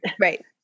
right